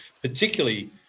particularly